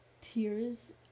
tears